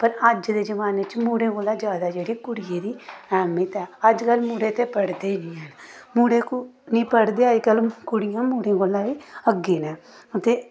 पर अज्ज दे जमाने च मुड़ें कोला जैदा जेह्ड़ी कुड़ियै दी ऐह्मियत ऐ अजकल्ल मुड़े ते पढ़दे गै नेईं हैन मुड़े कु निं पढ़दे अजकल्ल कुड़ियां मुड़े कोला बी अग्गें न ते